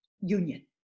union